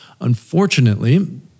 Unfortunately